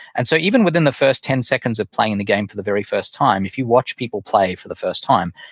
and so even within the first ten seconds of playing the game for the very first time, if you watch people play for the first time,